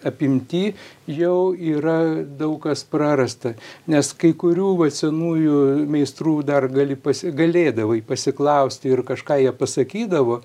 apimty jau yra daug kas prarasta nes kai kurių va senųjų meistrų dar gali pasi galėdavai pasiklausti ir kažką jie pasakydavo